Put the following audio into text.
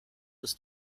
ist